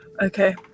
Okay